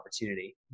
opportunity